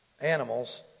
animals